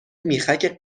میخک